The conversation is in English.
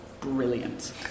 brilliant